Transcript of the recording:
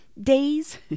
days